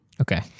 Okay